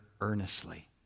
earnestly